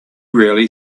really